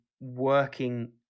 working